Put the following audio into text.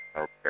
Okay